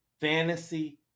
fantasy